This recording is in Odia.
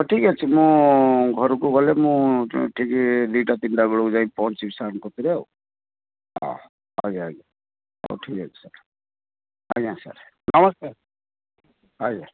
ହଉ ଠିକ ଅଛି ମୁଁ ଘରକୁ ଗଲେ ମୁଁ ଠିକ ଦୁଇଟା ତିନିଟା ବେଳକୁ ଯାଇକି ପହଞ୍ଚିବି ସାରଙ୍କ ପାଖରେ ଆଉ ହଁ ଆଜ୍ଞା ଆଜ୍ଞା ହଉ ଠିକ ଅଛି ସାର ଆଜ୍ଞା ସାର ନମସ୍କାର ଆଜ୍ଞା